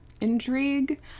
intrigue